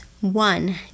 One